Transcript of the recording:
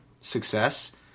success